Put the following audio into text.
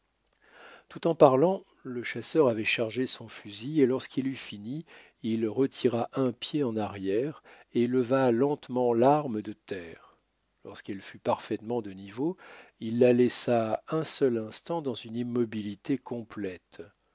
tout en parlant le chasseur avait chargé son fusil et lorsqu'il eut fini il retira un pied en arrière et leva lentement l'arme de terre lorsqu'elle fut parfaitement de niveau il la laissa un seul instant dans une immobilité complète